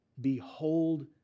Behold